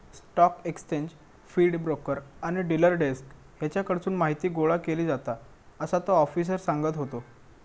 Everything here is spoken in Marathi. स्टॉक एक्सचेंज फीड, ब्रोकर आणि डिलर डेस्क हेच्याकडसून माहीती गोळा केली जाता, असा तो आफिसर सांगत होतो